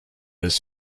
this